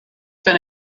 been